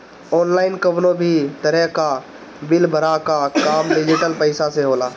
online कवनो भी तरही कअ बिल भरला कअ काम डिजिटल पईसा से होला